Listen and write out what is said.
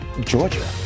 Georgia